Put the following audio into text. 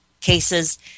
cases